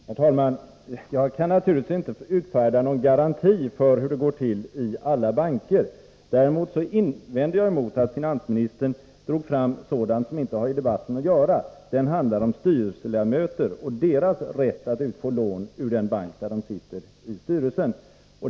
Herr talman! Jag kan naturligtvis inte utfärda någon garanti för hur det går till i alla banker. Jag invänder emellertid emot att finansministern drog fram sådant som inte har i debatten att göra. Debatten handlar om styrelseledamöter och deras rätt att få lån från den bank där de sitter i styrelsen.